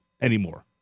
anymore